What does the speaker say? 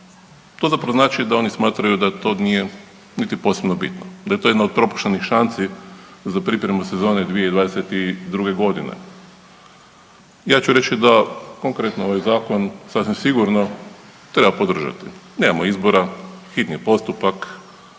To zapravo znači da oni smatraju da to nije niti posebno bitno. Da je to jedna od propuštenih šansi za pripremu sezone 2022. godine. Ja ću reći da konkretno ovaj zakon sasvim sigurno treba podržati. Nemamo izbora, hitni postupak,